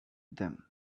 them